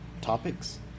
topics